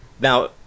Now